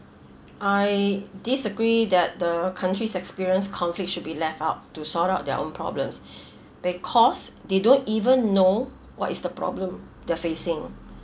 I disagree that the country's experience conflicts should be left out to sort out their own problems because they don't even know what is the problem they're facing